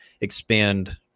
expand